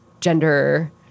gender